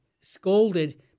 scolded